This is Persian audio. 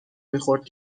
میخورد